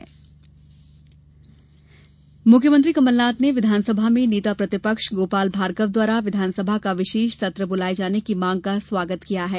CM बयान मुख्यमंत्री कमलनाथ ने विधानसभा में नेता प्रतिपक्ष गोपाल भार्गव द्वारा विधानसभा का विशेष सत्र बुलाये जाने की मांग का स्वागत किया है